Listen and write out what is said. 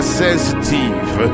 sensitive